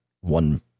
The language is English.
one